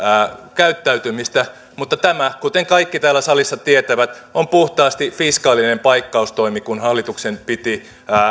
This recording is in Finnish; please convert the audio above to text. käyttäytymistä mutta tämä kuten kaikki täällä salissa tietävät on puhtaasti fiskaalinen paikkaustoimi kun hallituksen piti